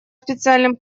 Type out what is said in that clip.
специальным